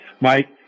Mike